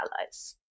allies